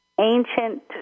ancient